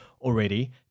already